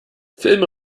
filme